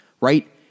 right